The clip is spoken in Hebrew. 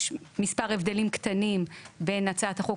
יש מספר הבדלים קטנים בין הצעת החוק